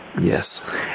Yes